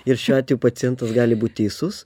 ir šiuo atveju pacientas gali būt teisus